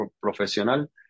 profesional